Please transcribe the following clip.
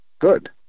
good